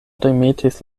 remetis